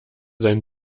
sein